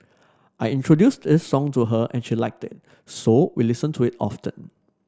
I introduced this song to her and she liked it so we listen to it often